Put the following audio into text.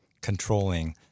controlling